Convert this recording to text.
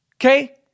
Okay